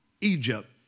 Egypt